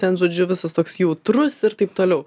ten žodžiu visas toks jautrus ir taip toliau